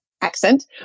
accent